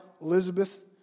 Elizabeth